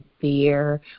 fear